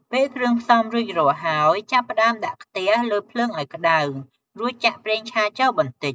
ពេលគ្រឿងផ្សំរួចរាល់ហើយ ចាប់ផ្ដើមដាក់ខ្ទះលើភ្លើងឲ្យក្តៅ រួចចាក់ ប្រេងឆាចូលបន្តិច។